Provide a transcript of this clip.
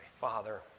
Father